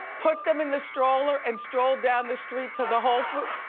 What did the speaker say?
put them in the stroller and strolled down the street to the whole foods.